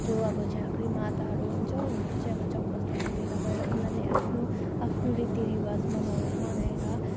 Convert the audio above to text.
जो अब झाँक्री माताहरू हुन्छ उनीहरू चाहिँ अब चौरस्तामा भेला भएर उनीहरूले आफ्नो आफ्नो रीतिरिवाज मनाउ मनाएर